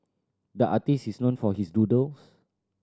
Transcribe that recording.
the artist is known for his doodles